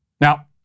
Now